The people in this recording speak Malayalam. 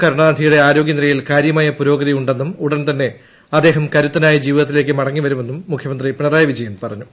കരുണാനിധിയുടെ ആരോഗ്യനിലയിൽ കാര്യമായ പ്പുരോഗ്തിയുണ്ടെന്നും ഉടൻ തന്നെ അദ്ദേഹം കരുത്തനായി ജീവീതൃത്തിലേക്ക് മടങ്ങി വരുമെന്നും മുഖ്യമന്ത്രി പിണറായി പിജയ്ൻ പറഞ്ഞു